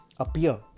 appear